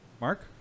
Mark